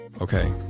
Okay